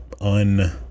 un